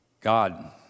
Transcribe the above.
God